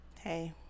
Hey